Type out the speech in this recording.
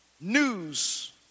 news